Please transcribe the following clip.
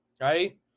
Right